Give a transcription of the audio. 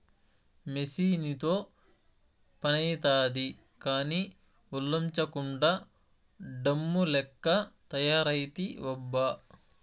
మెసీనుతో పనైతాది కానీ, ఒల్లోంచకుండా డమ్ము లెక్క తయారైతివబ్బా